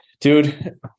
dude